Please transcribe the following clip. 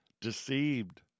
deceived